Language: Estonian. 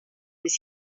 mis